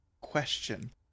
question